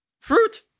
Fruit